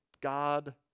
God